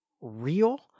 real